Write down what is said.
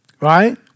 right